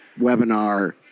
webinar